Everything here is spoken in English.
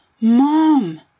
Mom